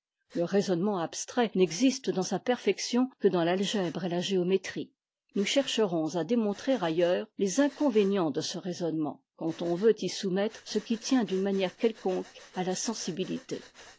le raisonnement abstrait n'existe dans sa perfection que dans l'algèbre et la géométrie nous chercherons à démontrer ailleurs les inconvénients de ce raisonnement quand on veut y soumettre ce qui tient d'une manière quelconque à la sensibilité